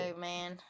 man